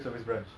ya